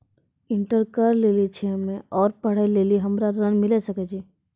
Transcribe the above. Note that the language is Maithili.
इंटर केल छी हम्मे और पढ़े लेली हमरा ऋण मिल सकाई?